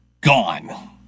gone